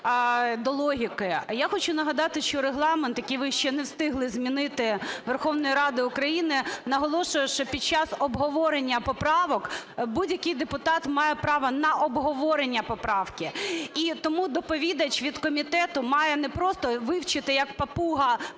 до логіки. Я хочу нагадати, що Регламент, який ви ще не встигли змінити, Верховної Ради України, наголошує, що під час обговорення поправок будь-який депутат має право на обговорення поправки. І тому доповідач від комітету має не просто вивчити, як папуга,